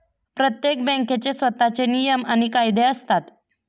प्रत्येक बँकेचे स्वतःचे नियम आणि कायदे असतात